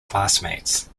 classmates